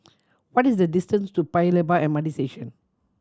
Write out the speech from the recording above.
what is the distance to Paya Lebar M R T Station